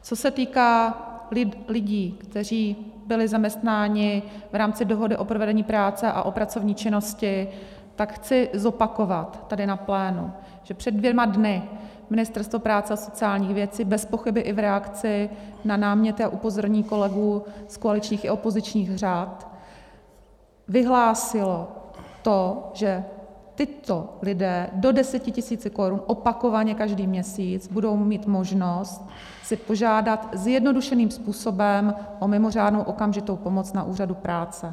Co se týká lidí, kteří byli zaměstnáni v rámci dohody o provedení práce a o pracovní činnosti, tak chci zopakovat tady na plénu, že před dvěma dny Ministerstvo práce a sociálních věcí bezpochyby i v reakci na náměty a upozornění kolegů z koaličních i opozičních řad vyhlásilo to, že tito lidé do 10 tisíc korun opakovaně každý měsíc budou mít možnost si požádat zjednodušeným způsobem o mimořádnou okamžitou pomoc na úřadu práce.